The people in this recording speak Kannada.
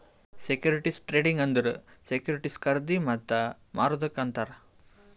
ಸೆಕ್ಯೂರಿಟಿಸ್ ಟ್ರೇಡಿಂಗ್ ಅಂದುರ್ ಸೆಕ್ಯೂರಿಟಿಸ್ ಖರ್ದಿ ಮತ್ತ ಮಾರದುಕ್ ಅಂತಾರ್